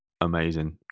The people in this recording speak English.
amazing